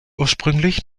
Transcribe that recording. ursprünglich